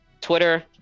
Twitter